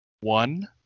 one